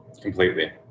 Completely